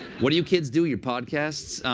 what do you kids do? your podcasts?